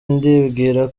ndibwira